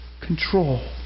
control